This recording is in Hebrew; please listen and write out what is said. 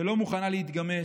שלא מוכנה להתגמש,